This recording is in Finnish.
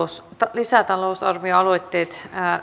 lisätalousarvioaloitteet